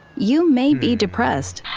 you may be depressed.